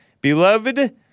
Beloved